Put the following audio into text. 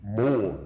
more